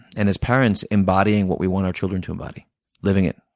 and as parents embodying what we want our children to embody living it,